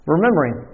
Remembering